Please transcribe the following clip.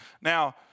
Now